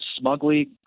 smugly